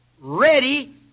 ready